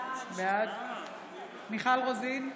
בעד מיכל רוזין,